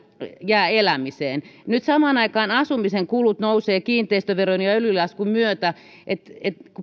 jää elämiseen nyt samaan aikaan asumisen kulut nousevat kiinteistöveron ja öljylaskun myötä ainahan